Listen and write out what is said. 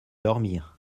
dormir